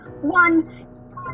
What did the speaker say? one